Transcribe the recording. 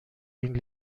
این